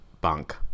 Bank